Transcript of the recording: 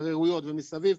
התקררויות ומסביב,